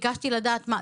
ביקשתי לדעת מה,